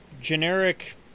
generic